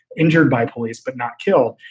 injured by police, but not kill.